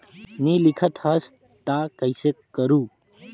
नी लिखत हस ता कइसे करू?